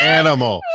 animal